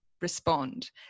respond